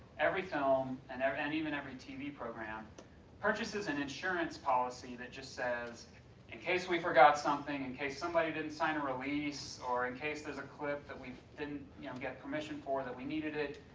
every film and and even every tv program purchases an insurance policy that just says in case we forgot something, in case somebody didn't sign a release, or in case there's a clip that we didn't yeah get permission for that we needed it,